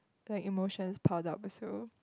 like emotions pile up also